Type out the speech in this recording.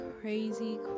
crazy